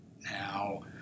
Now